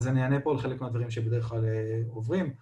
אז אני יענה פה על חלק מהדברים שבדרך כלל עוברים